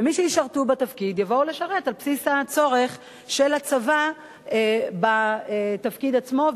ומי שישרתו בתפקיד יבואו לשרת על בסיס הצורך של הצבא בתפקיד עצמו,